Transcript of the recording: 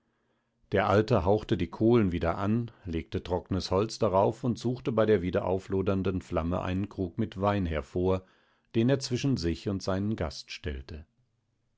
der alte hauchte die kohlen wieder an legte trocknes holz darauf und suchte bei der wieder auflodernden flamme einen krug mit wein hervor den er zwischen sich und seinen gast stellte